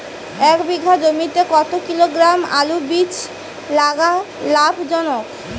এক বিঘা জমিতে কতো কিলোগ্রাম আলুর বীজ লাগা লাভজনক?